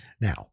Now